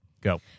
Go